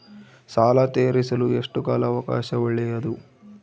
ಸಾಲ ತೇರಿಸಲು ಎಷ್ಟು ಕಾಲ ಅವಕಾಶ ಒಳ್ಳೆಯದು?